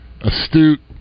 astute